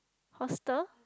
hostel